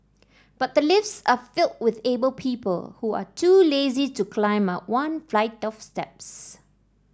but the lifts are filled with able people who are too lazy to climb up one flight of steps